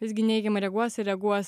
visgi neigiamai reaguos ir reaguos